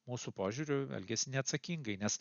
mūsų požiūriu elgiasi neatsakingai nes